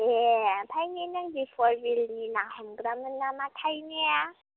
ए ओमफ्राय नों दिपर बिलनि ना हमग्रामोन नामाथाय ने